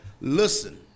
Listen